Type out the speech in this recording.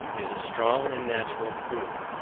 is a strong and natural proof,